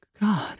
God